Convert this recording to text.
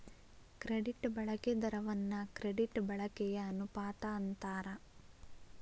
credit ಬಳಕೆ ದರವನ್ನ credit ಬಳಕೆಯ ಅನುಪಾತ ಅಂತಾರ